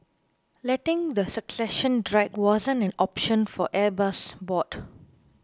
letting the succession drag wasn't an option for Airbus's board